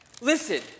Listen